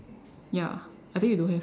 ya I think you don't have